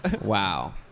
Wow